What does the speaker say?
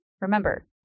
Remember